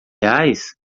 reais